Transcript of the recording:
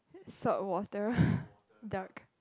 saltwater duck